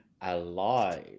alive